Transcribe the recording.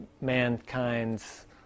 mankind's